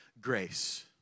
grace